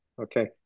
okay